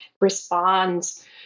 responds